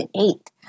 eight